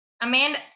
Amanda